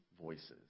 voices